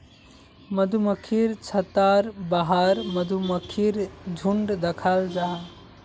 मधुमक्खिर छत्तार बाहर मधुमक्खीर झुण्ड दखाल जाहा